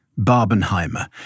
Barbenheimer